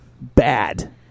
bad